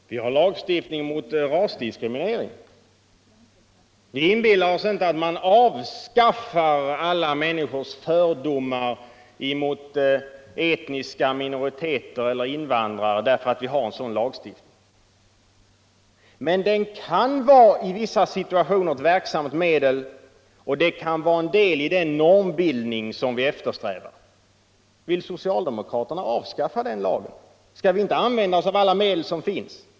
Herr talman! Vi har lagstiftning mot rasdiskriminering. Men vi inbillar oss inte att man avskaffar alla människors fördomar mot etniska minoriteter eller invandrare tack vare en sådan lagstiftning. Den kan emellertid i vissa situationer vara ett verksamt medel och en del i den normbildning som vi eftersträvar. Vill socialdemokraterna avskaffa den lagen? Skall vi inte använda oss av alla medel som finns?